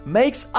makes